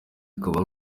akaba